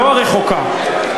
לא הרחוקה,